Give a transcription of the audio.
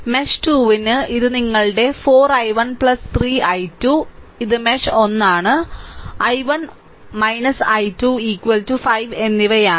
mesh 2 ന് ഇത് നിങ്ങളുടെ 4 i1 3 i2 ഇത് മെഷ് 1 i1 i2 5 എന്നിവയാണ്